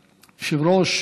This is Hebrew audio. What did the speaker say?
זהו, זה עבר.